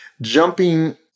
jumping